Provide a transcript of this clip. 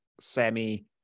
semi